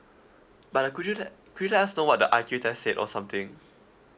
but uh could you let could you let us know what the I_Q test said or something